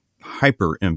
hyper